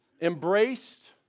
embraced